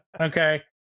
Okay